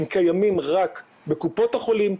הם קיימים רק בקופות החולים,